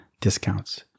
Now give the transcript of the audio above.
discounts